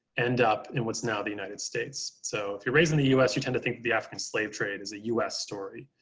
and up in what's now the united states. so if you're raised in the us, you tend to think the african slave trade is a us story.